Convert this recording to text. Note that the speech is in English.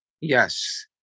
yes